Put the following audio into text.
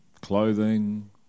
clothing